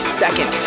second